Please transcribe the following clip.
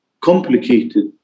complicated